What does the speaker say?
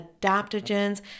adaptogens